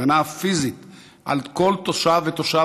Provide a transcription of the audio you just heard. ההגנה הפיזית על כל תושב ותושב,